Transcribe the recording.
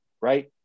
right